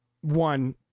one